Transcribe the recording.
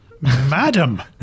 Madam